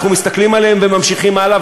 אנחנו מסתכלים עליהם וממשיכים הלאה,